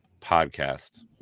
podcast